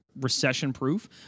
recession-proof